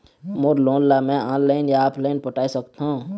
मोर loan ला मैं online या ऑफलाइन पटाए सकथों?